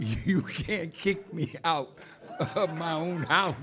you can't kick me out of my own house